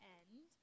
end